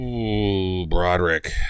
Broderick